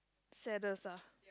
saddest ah